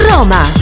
Roma